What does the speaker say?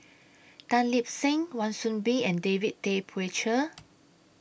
Tan Lip Seng Wan Soon Bee and David Tay Poey Cher